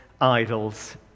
Idols